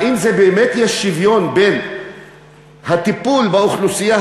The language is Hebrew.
האם באמת יש שוויון בין הטיפול באוכלוסייה